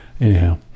anyhow